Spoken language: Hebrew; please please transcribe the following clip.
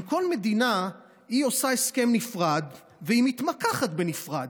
עם כל מדינה היא עושה הסכם נפרד והיא מתמקחת בנפרד.